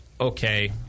okay